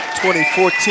2014